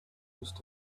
must